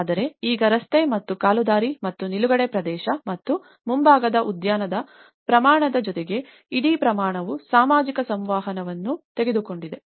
ಆದರೆ ಈಗ ರಸ್ತೆ ಮತ್ತು ಕಾಲುದಾರಿ ಮತ್ತು ನಿಲುಗಡೆ ಪ್ರದೇಶ ಮತ್ತು ಮುಂಭಾಗದ ಉದ್ಯಾನದ ಪ್ರಮಾಣದ ಜೊತೆಗೆ ಇಡೀ ಪ್ರಮಾಣವು ಸಾಮಾಜಿಕ ಸಂವಹನವನ್ನು ತೆಗೆದುಕೊಂಡಿದೆ